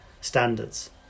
standards